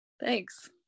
Thanks